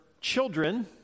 children